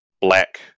black